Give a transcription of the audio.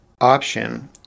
option